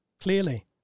clearly